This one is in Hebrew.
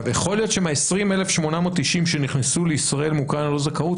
יכול להיות שמה-20,890 שנכנסו לישראל מאוקראינה ללא זכאות,